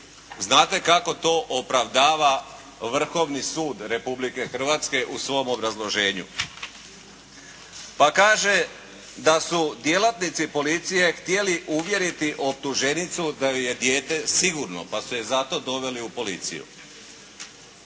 Znate kako to opravdava Vrhovni sud Republike Hrvatske u svom obrazloženju? Pa kaže da su djelatnici policije htjeli uvjeriti optuženicu da joj je dijete sigurno, pa su je zato doveli u policiju.